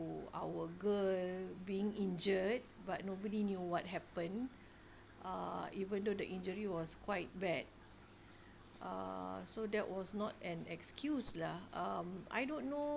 ~o our girl being injured but nobody knew what happened uh even though the injury was quite bad uh so that was not an excuse lah um I don't kno~